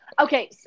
Okay